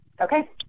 Okay